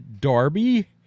Darby